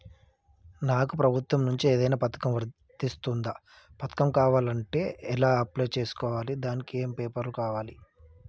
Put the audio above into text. నాకు ప్రభుత్వం నుంచి ఏదైనా పథకం వర్తిస్తుందా? పథకం కావాలంటే ఎలా అప్లై చేసుకోవాలి? దానికి ఏమేం పేపర్లు కావాలి?